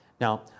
Now